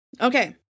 Okay